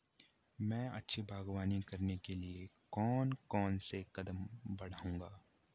मैं अच्छी बागवानी करने के लिए कौन कौन से कदम बढ़ाऊंगा?